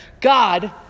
God